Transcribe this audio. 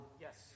Yes